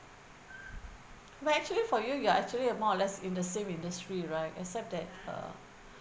but actually for you you are actually a more or less in the same industry right except that uh